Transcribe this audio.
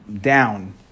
down